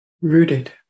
Rooted